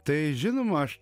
tai žinoma aš